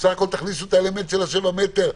בסך הכול תכניסו את האלמנט של 7 מטר,